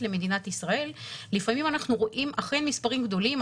למדינת ישראל לפעמים אנחנו רואים אכן מספרים גדולים.